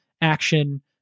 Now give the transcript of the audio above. action